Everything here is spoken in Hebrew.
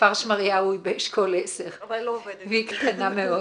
כפר שמריהו אשכול 10 והיא קטנה מאוד